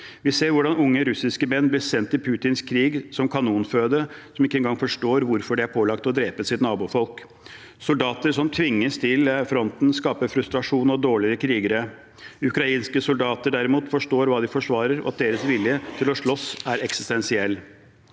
Vi ser hvordan unge russiske menn blir sendt til Putins krig som kanonføde, og de forstår ikke engang hvorfor de er pålagt å drepe sitt nabofolk. Soldater som tvinges til fronten, skaper frustrasjon og dårligere krigere. Ukrainske soldater, derimot, forstår hva de forsvarer, og at deres vilje til å slåss er eksistensiell.